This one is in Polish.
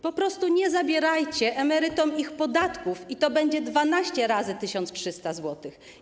Po prostu nie zabierajcie emerytom ich podatków i to będzie 12 razy 1300 zł.